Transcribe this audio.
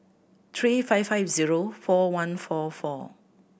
three five five zero four one four four